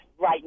right